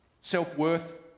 self-worth